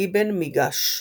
אבן מיגאש,